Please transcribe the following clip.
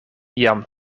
jam